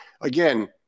Again